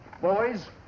Boys